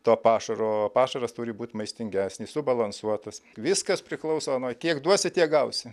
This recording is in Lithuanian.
to pašaro pašaras turi būt maistingesnis subalansuotas viskas priklauso nuo kiek duosi tiek gausi